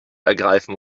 ergreifen